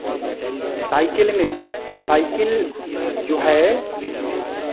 cycle में जो cycle जो है